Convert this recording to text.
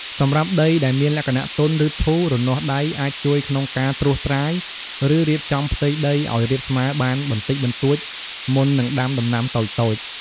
សម្រាប់ដីដែលមានលក្ខណៈទន់ ឬធូរ រនាស់ដៃអាចជួយក្នុងការត្រួសត្រាយ ឬរៀបចំផ្ទៃដីឱ្យរាបស្មើបានបន្តិចបន្តួច មុននឹងដាំដំណាំតូចៗ។